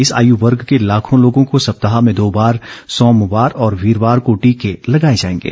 इस आर्यू वर्ग के लाखों लोगों को सप्ताह में दो बार सोमवार और वीरवार को टीके लगाए जायेंगे